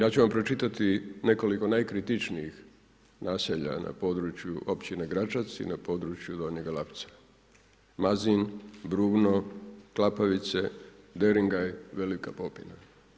Ja ću vam pročitati nekoliko najkritičnijih naselja na području općine Gračac i na području Donjega Lapca Mazin, Bruvno, Klapavice, Deringaj, Velika Popina.